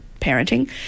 parenting